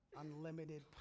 unlimited